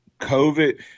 COVID